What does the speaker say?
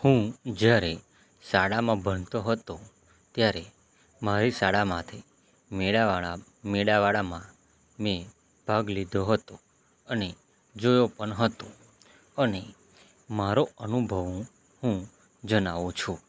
હું જ્યારે શાળામાં ભણતો હતો ત્યારે મારી શાળા માથે મેડાવળા મેડાવળામાં મેં ભાગ લીધો હતો અને જોયો પણ હતો અને મારો અનુભવ હું હું જણાવું છું